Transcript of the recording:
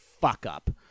fuck-up